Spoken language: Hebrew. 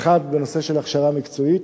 האחד, הנושא של הכשרה מקצועית,